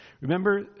Remember